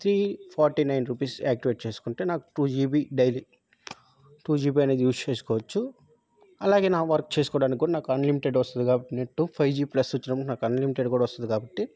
three forty nine rupees activate చేసుకుంటే నాకు two GB daily two GB అనేది use చేసుకోవచ్చు అలాగే నా వర్క్ చేసుకోవడానికి కూడా నాకు అన్లిమిటెడ్ వస్తుంది కాబట్టి నట్టు ఫైవ్ జీ ప్లస్ వచ్చినప్పుడు నాకు అన్లిమిటెడ్ కూడా వస్తుంది కాబట్టి